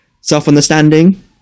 self-understanding